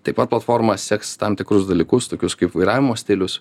taip pat platforma seks tam tikrus dalykus tokius kaip vairavimo stilius